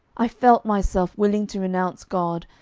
i felt myself willing to renounce god,